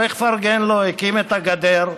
צריך לפרגן לו: הקים את הגדר,